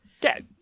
Get